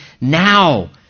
now